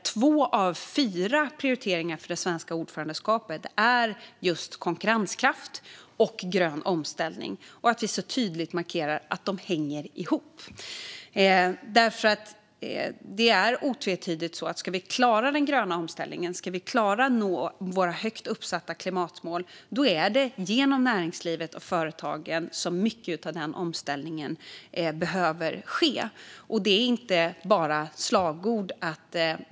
Två av fyra prioriteringar för det svenska ordförandeskapet är just konkurrenskraft och grön omställning, och vi markerar tydligt att de hänger ihop. Ska vi klara den gröna omställningen och nå våra högt uppsatta klimatmål är det otvetydigt så att det är genom näringslivet och företagen som mycket av omställningen behöver ske.